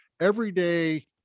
everyday